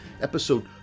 episode